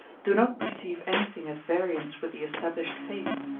do not perceive anything at variance with the established faith.